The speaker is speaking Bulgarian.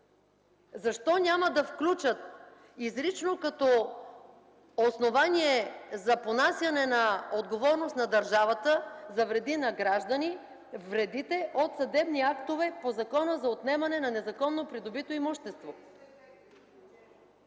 защо няма да включат изрично като основание за понасяне на отговорност на държавата за вреди на граждани – вредите от съдебни актове по Закона за отнемане на незаконно придобито имущество?